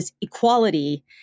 equality